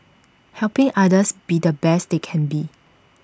helping others be the best they can be